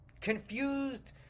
confused